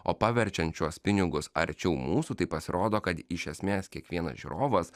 o paverčiant šiuos pinigus arčiau mūsų tai pasirodo kad iš esmės kiekvienas žiūrovas